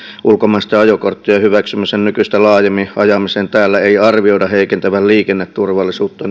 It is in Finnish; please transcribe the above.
ulkomaisten ajokorttien hyväksymisen nykyistä laajemmin ajamiseen täällä ei arvioida heikentävän liikenneturvallisuutta